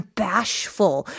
bashful